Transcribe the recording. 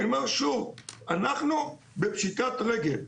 אני אומר שוב, אנחנו בפשיטת רגל.